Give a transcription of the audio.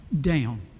down